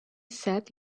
sat